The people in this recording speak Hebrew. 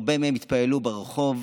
הרבה מהם יתפללו ברחוב.